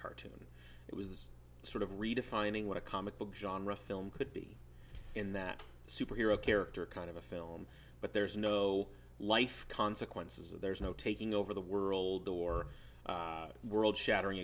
cartoon it was sort of redefining what a comic book genre film could be in that superhero character kind of a film but there's no life consequences of there's no taking over the world or world shattering